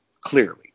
clearly